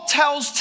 tells